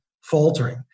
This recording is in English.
faltering